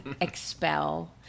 expel